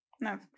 No